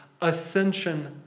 Ascension